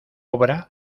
obra